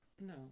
No